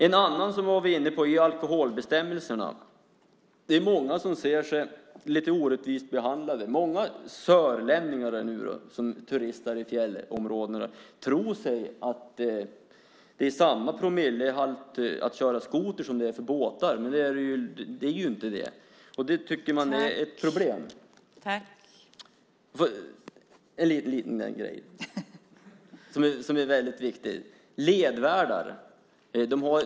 En annan sak som vi var inne på är alkoholbestämmelserna. Många anser sig lite orättvist behandlade. Många sörlänningar som turistar i fjällområdena tror att samma promillehalt gäller för att köra skoter som för att köra båt. Men det gör det inte. Det tycker man är ett problem. Frågan om ledvärdar är viktig.